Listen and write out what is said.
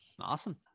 Awesome